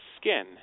skin